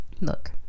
Look